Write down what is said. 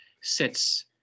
sets